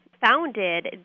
founded